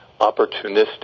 opportunistic